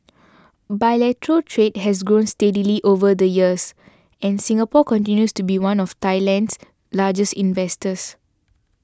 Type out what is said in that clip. bilateral trade has grown steadily over the years and Singapore continues to be one of Thailand's largest investors